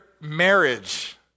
marriage